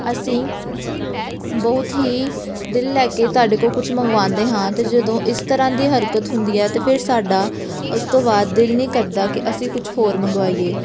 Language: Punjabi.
ਅਸੀਂ ਬਹੁਤ ਹੀ ਦਿਲ ਲੈ ਕੇ ਤੁਹਾਡੇ ਕੋਲੋਂ ਕੁਝ ਮੰਗਵਾਉਂਦੇ ਹਾਂ ਅਤੇ ਜਦੋਂ ਇਸ ਤਰ੍ਹਾਂ ਦੀ ਹਰਕਤ ਹੁੰਦੀ ਹੈ ਤਾਂ ਫਿਰ ਸਾਡਾ ਉਸ ਤੋਂ ਬਾਅਦ ਦਿਲ ਨਹੀਂ ਕਰਦਾ ਕਿ ਅਸੀਂ ਕੁਝ ਹੋਰ ਮੰਗਵਾਈਏ